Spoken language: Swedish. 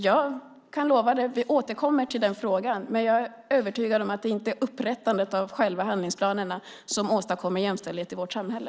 Jag kan lova att vi återkommer till den här frågan, men jag är övertygad om att det inte är upprättandet av själva handlingsplanerna som åstadkommer jämställdhet i vårt samhälle.